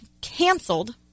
canceled –